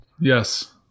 Yes